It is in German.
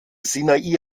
sinai